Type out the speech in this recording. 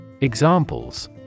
Examples